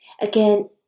Again